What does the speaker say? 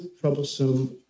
troublesome